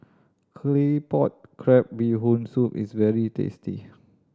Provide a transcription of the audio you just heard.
Claypot Crab Bee Hoon Soup is very tasty